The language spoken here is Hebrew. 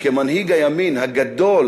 כמנהיג הימין הגדול,